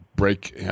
Break